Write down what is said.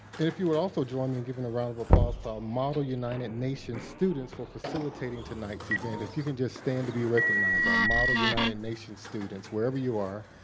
if you would also join me in giving a round of applause to our model united nation students for facilitating tonight's event. if you can just stand to be recognized, our model united nation students, wherever you are,